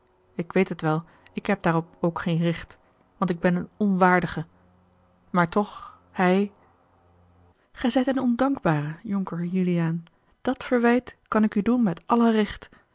ik weet het wel ik heb daarop ook geen recht want ik ben een onwaardige maar toch hij gij zijt een ondankbare jonker juliaan dat verwijt kan ik u doen met alle recht